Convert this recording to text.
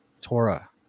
torah